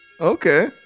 Okay